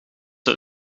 het